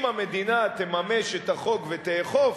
אם המדינה תממש את החוק ותאכוף,